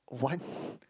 one